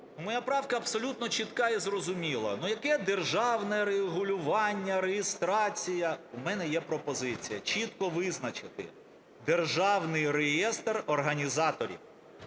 Моя правка абсолютно чітка і зрозуміла. Ну, яке державне регулювання, реєстрація? У мене є пропозиція: чітко визначити державний реєстр організаторів,